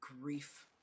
grief